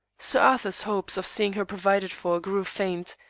sir arthur's hopes of seeing her provided for grew faint,